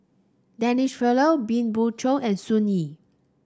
Denise Fletcher been Beng Chong and Sun Yee